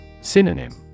Synonym